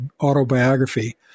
autobiography